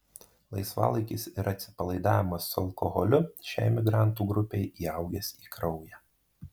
laisvalaikis ir atsipalaidavimas su alkoholiu šiai migrantų grupei įaugęs į kraują